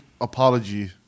apology